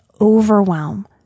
overwhelm